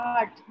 Art